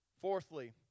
Fourthly